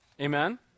Amen